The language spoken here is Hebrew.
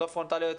לא פרונטליות,